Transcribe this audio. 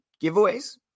giveaways